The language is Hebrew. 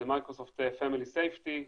זה Microsoft family safety,